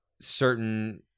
certain